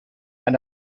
and